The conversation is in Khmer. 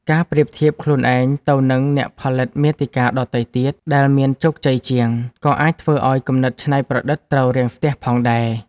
ការប្រៀបធៀបខ្លួនឯងទៅនឹងអ្នកផលិតមាតិកាដទៃទៀតដែលមានជោគជ័យជាង ក៏អាចធ្វើឱ្យគំនិតច្នៃប្រឌិតត្រូវរាំងស្ទះផងដែរ។